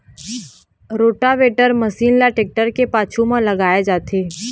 rotavator machine ल tractor के पाछू म लगाए जाथे